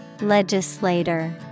Legislator